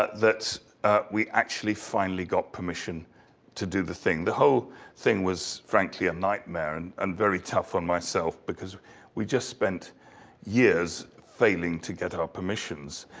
ah that we actually finally got permission to do the thing. the whole thing was frankly a nightmare and and very tough for myself, because we just spent years failing to get our permissions.